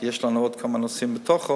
כי יש לנו עוד כמה נושאים בתוך,